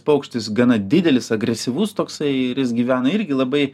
paukštis gana didelis agresyvus toksai ir jis gyvena irgi labai